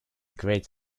great